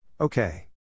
Okay